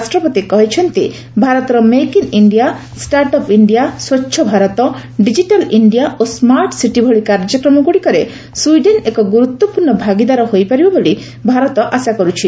ରାଷ୍ଟ୍ରପତି କହିଛନ୍ତି ଭାରତର make in India startup India Swachh Bharat digital India ଓ ସ୍କାର୍ଟସିଟି ଭଳି କାର୍ଯ୍ୟକ୍ରମ ଗୁଡ଼ିକରେ ସ୍ୱିଡେନ୍ ଏକ ଗୁରୁତ୍ୱପୂର୍ଣ୍ଣ ଭାଗିଦାର ହୋଇପାରିବ ବୋଲି ଭାରତ ଆଶା କରୁଛି